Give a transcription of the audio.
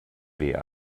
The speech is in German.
weh